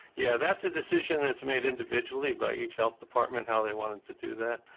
yeah, that's a decision that's made individually by each health department, how they wanted to do that.